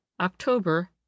October